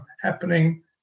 happening